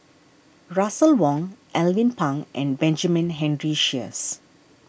Russel Wong Alvin Pang and Benjamin Henry Sheares